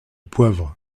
poivre